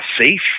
safe